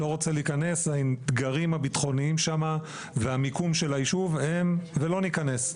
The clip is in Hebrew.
לא רוצה להיכנס לאתגרים הביטחוניים שם והמיקום של היישוב ולא ניכנס.